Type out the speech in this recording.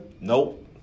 Nope